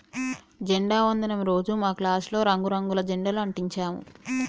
జెండా వందనం రోజు మా క్లాసులో రంగు రంగుల జెండాలు అంటించాము